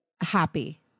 happy